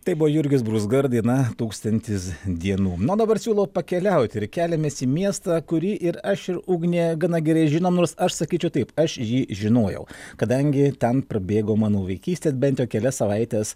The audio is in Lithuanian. tai buvo jurgis brūzga ir daina tūkstantiz dienų na o dabar siūlau pakeliauti ir keliamės į miestą kurį ir aš ir ugnė gana gerai žinom nors aš sakyčiau taip aš jį žinojau kadangi ten prabėgo mano vaikystė bent kelias savaites